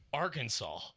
arkansas